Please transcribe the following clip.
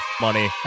money